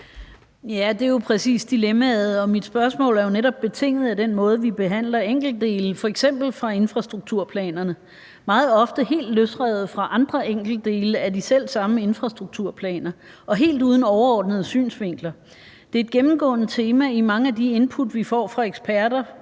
Det er præcis dilemmaet, og mit spørgsmål udspringer jo netop af den måde, vi behandler enkeltdele fra f.eks. infrastrukturplanerne på. Det er meget ofte helt løsrevet fra andre enkeltdele af de selv samme infrastrukturplaner og helt uden overordnede synsvinkler. Det er et gennemgående tema i mange af de input, vi får fra eksperter,